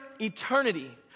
eternity